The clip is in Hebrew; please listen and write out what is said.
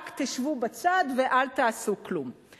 רק תשבו בצד ואל תעשו כלום.